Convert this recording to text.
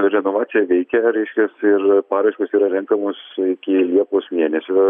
renovacija veikia reiškias ir paraiškos yra renkamos iki liepos mėnesio